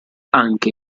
anche